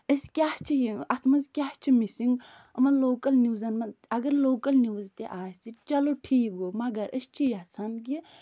أسۍ کیٛاہ چھِ یہِ اَتھ منٛز کیٛاہ چھِ مِسِنٛگ یِمَن لوکَل نِوٕزَن منٛز اگر لوکَل نِوٕز تہِ آسہِ چلو ٹھیٖک گوٚو مگر أسۍ چھِ یژھان کہِ